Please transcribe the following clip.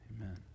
amen